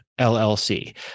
LLC